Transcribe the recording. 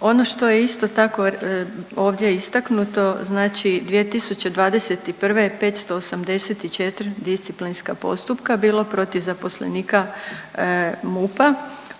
Ono što je isto tako ovdje istaknuto, znači 2021. je 584 disciplinska postupka bilo protiv zaposlenika MUP-a.